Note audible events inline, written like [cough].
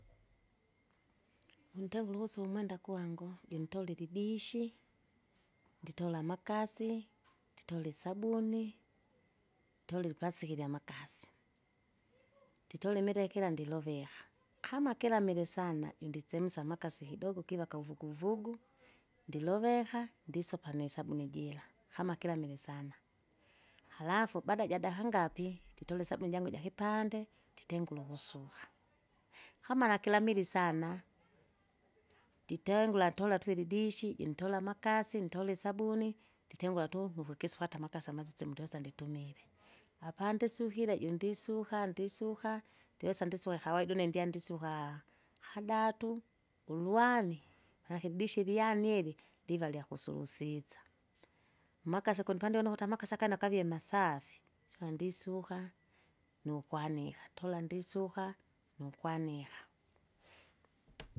[noise] nitengule ukusuka umwenda kwangu, juntolile idishi, nditola amakasi, nditola isabuni, tolile iliplastiki lyamakasi, [noise] nditole imilikira ndiloveaha, kama kira mili sana jundisemsa amakasi kidogo kiva kauvuguvugu, ndiloveka, ndisopa nisabuni jira, kama kira milisana. Halafu baada jadaika ngapi? nditole isabuni jangu jakipande, nditengula [noise] ukusuka, kama nakilamili sana [noise] nditengula ntola twili idishi, jintola amakasi, ntola isabuni, nditengula tu nukukisu ukata amakasi amazize mundiosa nditumile. Apandisukile jundisuka ndisuka ndiwesa ndisuka kawaide kawaida une ndyandisukaa kadatu! ulwani, lakidishi ilyani ili, liva lyakusurusisa, amakasi kumpandile une ukuta amakasi akana kavie masafi, syondisuka, nukwanika, tola ndisuka, nukwanika. [noise]